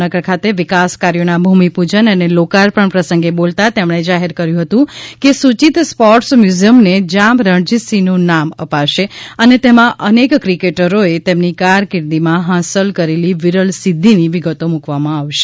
જામનગર ખાતે વિકાસ કાર્યોના ભૂમિપૂજન અને લોકાર્પણ પ્રસંગે બોલતા તેમણે જાહેર કર્યું હતું કે સૂચિત સ્પોર્ટ્સ મ્યુઝિયમને જામ રણજીત સિંહનું નામ અપાશે અને તેમાં અનેક ક્રિકેટરોએ તેમની કારકિર્દીમાં હાંસલ કરેલી વિરલ સિધ્ધીની વિગતો મૂકવામાં આવશે